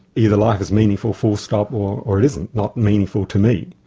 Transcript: either life is meaningful full stop or or it isn't, not meaningful to me.